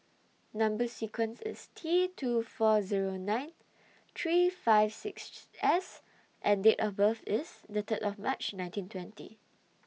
Number sequence IS T two four Zero nine three five sixes S and Date of birth IS The Third of March nineteen twenty